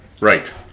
Right